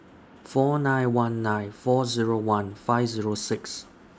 four nine one nine four Zero one five Zero six